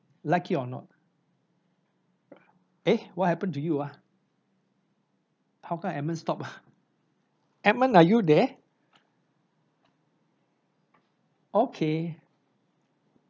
like it or not eh what happen to you ah how come edmund stop ah edmund are you there okay